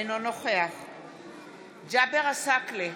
אינו נוכח ג'אבר עסאקלה,